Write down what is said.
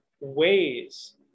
ways